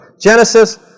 Genesis